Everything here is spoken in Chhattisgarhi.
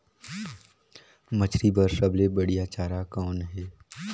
मछरी बर सबले बढ़िया चारा कौन हे?